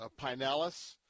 Pinellas